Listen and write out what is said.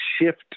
shift